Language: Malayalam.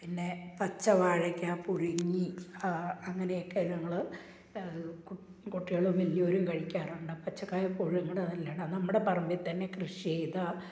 പിന്നെ പച്ച വാഴയ്ക്ക പുഴുങ്ങി അങ്ങനെയൊക്കെ ഞങ്ങൾ കു കുട്ടികളും വലിയവരും കഴിക്കാറുണ്ട് അ പച്ചക്കായ പുഴുങ്ങണതല്ലണ നമ്മുടെ പറമ്പിൽത്തന്നെ കൃഷി ചെയ്ത